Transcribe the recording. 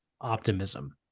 optimism